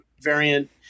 variant –